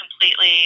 completely